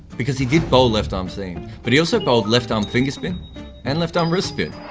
because he did bowl left arm seam, but he also bowled left arm finger spin and left arm wrist spin.